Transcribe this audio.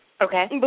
Okay